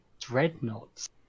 dreadnoughts